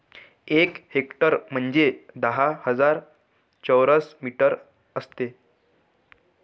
एक हेक्टर म्हणजे दहा हजार चौरस मीटर असते